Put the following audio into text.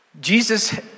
Jesus